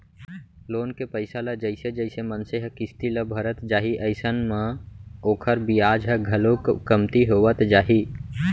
loan के पइसा ल जइसे जइसे मनसे ह किस्ती ल भरत जाही अइसन म ओखर बियाज ह घलोक कमती होवत जाही